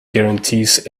guarantees